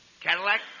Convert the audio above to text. Cadillac